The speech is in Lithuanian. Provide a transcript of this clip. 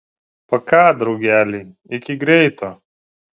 paka draugeliai iki greito